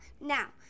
now